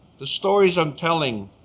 the stories i'm telling,